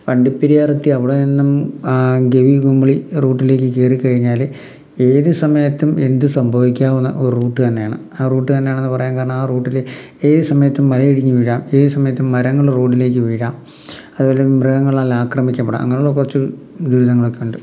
വണ്ടിപ്പെരിയാർ എത്തി അവിടെ നിന്നും ഗെവി കുമിളി റൂട്ടിലേക്ക് കയറി കഴിഞ്ഞാൽ ഏത് സമയത്തും എന്ത് സംഭവിക്കാവുന്ന ഒരു റൂട്ട് തന്നെയാണ് ആ റൂട്ട് തന്നാണെന്ന് പറയാൻ കാരണം ആ റൂട്ടിൽ ഏത് സമയത്തും മലയിടിഞ്ഞ് വീഴാം ഏത് സമയത്തും മരങ്ങൾ റോഡിലേക്ക് വീഴാം അതുപോലെ മൃഗങ്ങളാൽ ആക്രമിക്കപ്പെടാം അങ്ങനെയുള്ള കുറച്ച് ദുരിതങ്ങളൊക്കെ ഉണ്ട്